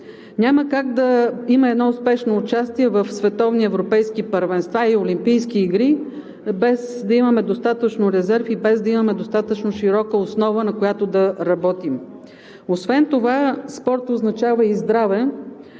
Няма как да има едно успешно участие в световни европейски първенства и олимпийски игри, без да имаме достатъчно резерв и без да имаме достатъчно широка основа, на която да работим. Освен това спортът означава и здраве